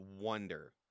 wonder